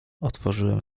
otworzyłem